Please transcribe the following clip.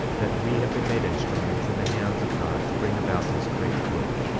that we have been made instruments in the hands of god to bring about this great work.